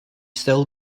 still